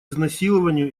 изнасилованию